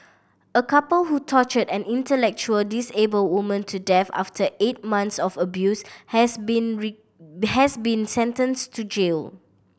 a couple who tortured an intellectual disabled woman to death after eight months of abuse has been has been sentenced to jail